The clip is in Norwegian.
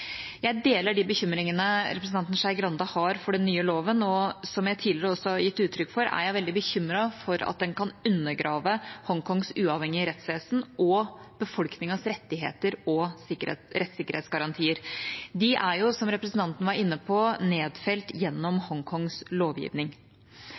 Jeg deler de bekymringene representanten Skei Grande har for den nye loven, og som jeg tidligere også har gitt uttrykk for, er jeg veldig bekymret for at den kan undergrave Hongkongs uavhengige rettsvesen og befolkningens rettigheter og rettsikkerhetsgarantier. De er jo, som representanten var inne på, nedfelt gjennom